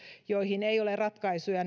joihin ei ole ratkaisuja